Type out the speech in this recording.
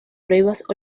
pruebas